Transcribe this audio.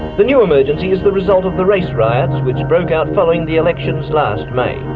but new emergency is the result of the race riots broke out following the elections last may.